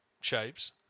shapes